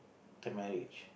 the marriage